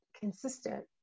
consistent